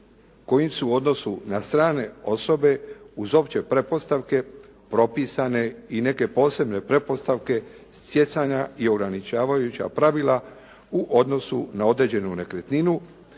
kojim su u odnosu na strane osobe uz opće pretpostavke propisane i neke posebne pretpostavke stjecanja i ograničavajuća pravila u odnosu na određenu nekretninu